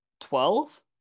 Twelve